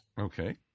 Okay